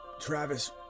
Travis